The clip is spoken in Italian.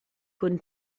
con